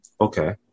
Okay